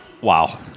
wow